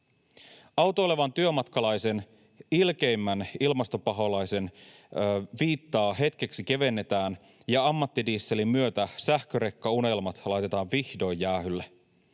Autoilevan työmatkalaisen ilkeimmän ilmastopaholaisen viittaa hetkeksi kevennetään, ja ammattidieselin myötä sähkörekkaunelmat laitetaan vihdoin jäähylle.